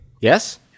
Yes